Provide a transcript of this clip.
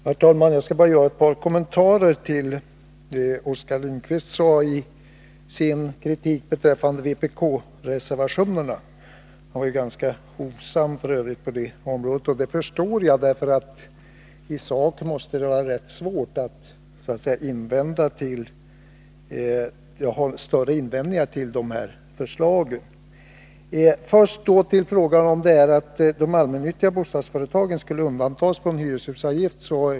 Herr talman! Jag skall bara göra ett par kommentarer till det som Oskar Lindkvist sade i sin kritik av vpk-reservationerna. Han var f. ö. ganska hovsam på den punkten, och det förstår jag. I sak måste det vara rätt svårt att ha några större invändningar mot våra förslag. Först till frågan om varför de allmännyttiga bostadsföretagen skall undantas från hyreshusavgiften.